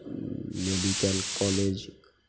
medical college